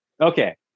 Okay